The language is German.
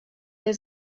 der